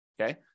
okay